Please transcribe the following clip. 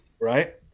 Right